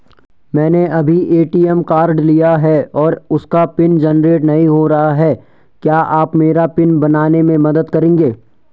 मैंने अभी ATM card लिया है और उसका पिन जेनरेट नहीं हो रहा है क्या आप मेरा पिन बनाने में मदद करेंगे?